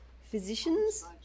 Physicians